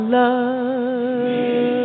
love